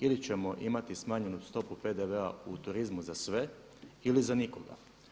Ili ćemo imati smanjenju stopu PDV-a u turizmu za sve ili za nikoga.